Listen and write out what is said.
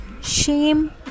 Shame